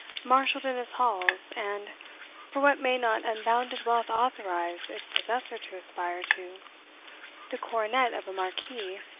marshalled in his halls, and for what may not unbounded wealth authorize its possessor to aspire to the coronet of a marquis,